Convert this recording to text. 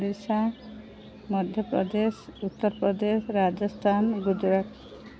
Odisha Madhya Pradesh Uttar Pradesh Rajasthan Gujarat